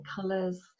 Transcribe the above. colors